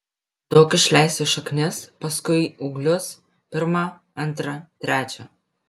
duok išleisti šaknis paskui ūglius pirmą antrą trečią